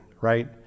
right